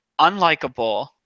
unlikable